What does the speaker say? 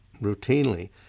routinely